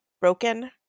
broken